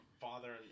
father